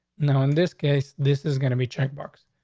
now, in this case, this is gonna be check box.